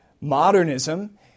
Modernism